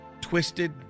twisted